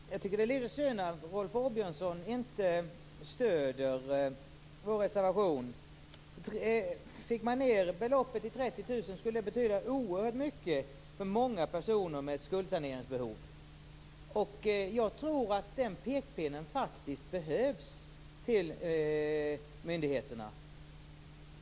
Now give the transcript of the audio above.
Herr talman! Jag tycker att det är litet synd att Rolf Åbjörnsson inte stöder vår reservation. Fick man ned beloppet till 30 000 kr skulle det betyda oerhört mycket för många personer med skuldsaneringsbehov. Jag tror att den pekpinnen faktiskt behövs till myndigheterna.